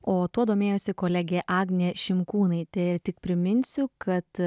o tuo domėjosi kolegė agnė šimkūnaitė ir tik priminsiu kad